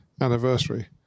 anniversary